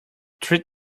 treat